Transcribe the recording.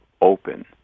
open